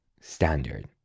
standard